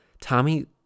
Tommy